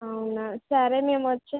అవునా సరే మేము వచ్చి